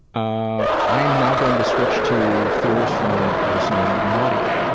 ah i'm now going to switch to fears from a listener named nadia,